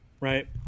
Right